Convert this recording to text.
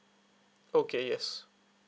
okay yes